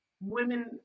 women